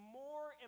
more